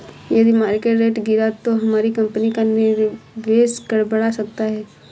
यदि market rate गिरा तो हमारी कंपनी का निवेश गड़बड़ा सकता है